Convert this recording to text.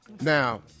now